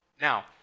Now